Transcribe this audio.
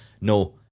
no